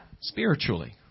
spiritually